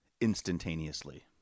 instantaneously